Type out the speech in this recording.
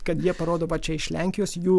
kad jie parodo va čia iš lenkijos jų